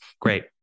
Great